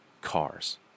cars